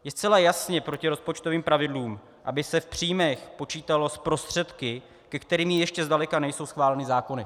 Je zcela jasně proti rozpočtovým pravidlům, aby se v příjmech počítalo s prostředky, ke kterým ještě zdaleka nejsou schváleny zákony.